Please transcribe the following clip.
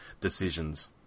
decisions